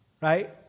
right